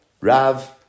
Rav